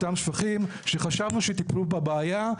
אותם שפכים שחשבנו שטיפלו בבעיה.